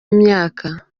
imyaka